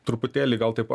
truputėlį gal taip